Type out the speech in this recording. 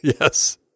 Yes